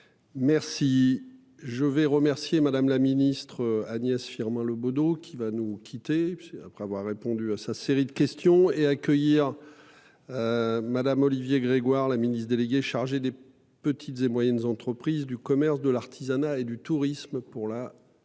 Merci je vais remercier Madame la ministre Agnès Firmin Le Bodo, qui va nous quitter. Après avoir répondu à sa série de questions et accueillir. Madame Olivier Grégoire la ministre délégué chargé des petites et moyennes entreprises, du commerce, de l'artisanat et du tourisme pour la série